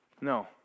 no